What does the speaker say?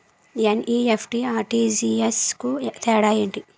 NEFT, RTGS కు తేడా ఏంటి?